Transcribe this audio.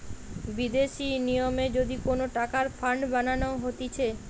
বিদেশি নিয়মে যদি কোন টাকার ফান্ড বানানো হতিছে